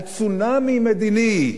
על צונאמי מדיני.